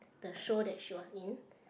the show that she was in